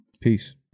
Peace